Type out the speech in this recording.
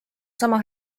sama